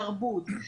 תרבות,